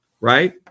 right